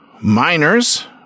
miners